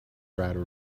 rather